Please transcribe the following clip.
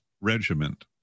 Regiment